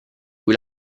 cui